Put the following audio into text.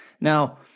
now